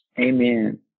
Amen